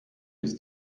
ist